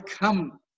come